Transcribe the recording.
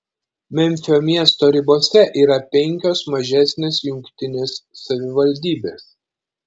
memfio miesto ribose yra penkios mažesnės jungtinės savivaldybės